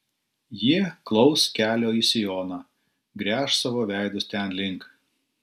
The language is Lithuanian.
jie klaus kelio į sioną gręš savo veidus ten link